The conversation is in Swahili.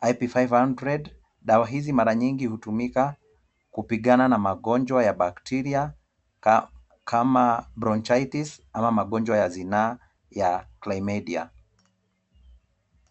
IP500 , dawa hizi mara nyingi hutumika kupigana na magonjwa ya bakteria kama bronchitis , ama magonjwa ya zinaa ya chlamydia .